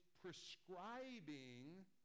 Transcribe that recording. prescribing